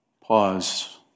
pause